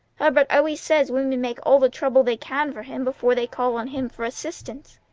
herbert always says women make all the trouble they can for him before they call on him for assistance.